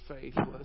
faithless